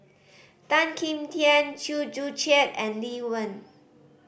Tan Kim Tian Chew Joo Chiat and Lee Wen